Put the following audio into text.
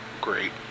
great